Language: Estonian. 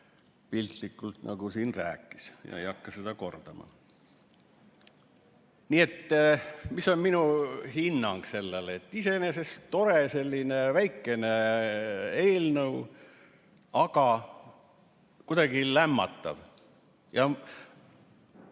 piltlikult siin rääkis ja ma ei hakka seda kordama. Nii et mis on minu hinnang sellele? Iseenesest tore väikene eelnõu, aga kuidagi lämmatav. Need